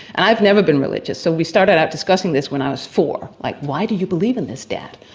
and i've never been religious. so we started out discussing this when i was four, like, why do you believe in this dad?